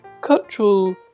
Cultural